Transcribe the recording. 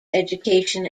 education